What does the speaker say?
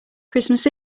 christmas